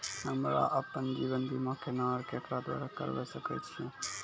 हमरा आपन जीवन बीमा केना और केकरो द्वारा करबै सकै छिये?